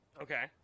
Okay